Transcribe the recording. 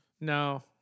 No